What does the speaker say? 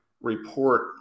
report